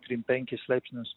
trim penkis laipsnius